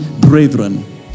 brethren